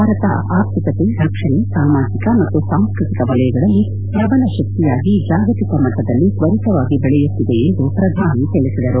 ಭಾರತ ಆರ್ಥಿಕತೆ ರಕ್ಷಣೆ ಸಾಮಾಜಿಕ ಮತ್ತು ಸಾಂಸ್ಸತಿಕ ವಲಯಗಳಲ್ಲಿ ಪ್ರಬಲ ಶಕ್ತಿಯಾಗಿ ಜಾಗತಿಕ ಮಟ್ಟದಲ್ಲಿ ಕ್ವರಿತವಾಗಿ ಬೆಳೆಯುತ್ತಿದೆ ಎಂದು ಪ್ರಧಾನಿ ತಿಳಿಸಿದರು